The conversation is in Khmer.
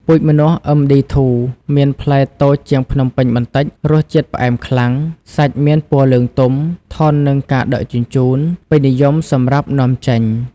ពូជម្នាស់ MD2 មានផ្លែតូចជាងភ្នំពេញបន្តិច រសជាតិផ្អែមខ្លាំង សាច់មានពណ៌លឿងទុំ ធន់នឹងការដឹកជញ្ជូន ពេញនិយមសម្រាប់នាំចេញ។